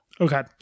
Okay